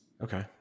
Okay